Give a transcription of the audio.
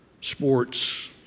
sports